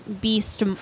beast